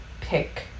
pick